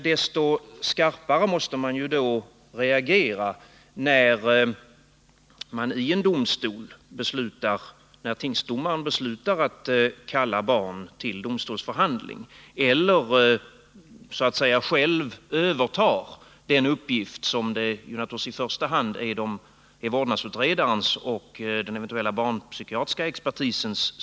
Desto skarpare måste man emellertid reagera mot att en tingsdomare beslutar att kalla barn till en domstolsförhandling eller själv övertar den uppgift som naturligtvis i första hand ankommer på vårdnadsutredaren och den eventuella barnpsykiatriska expertisen.